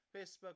Facebook